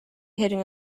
heading